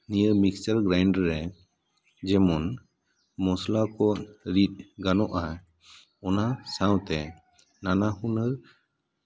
ᱱᱤᱭᱟᱹ mixer grinder ᱨᱮ ᱡᱮᱢᱚᱱ ᱢᱚᱥᱞᱟ ᱠᱚ ᱨᱤᱫ ᱜᱟᱱᱚᱜᱼᱟ ᱚᱱᱟ ᱥᱟᱶᱛᱮ ᱱᱟᱱᱟ ᱦᱩᱱᱟᱹᱨ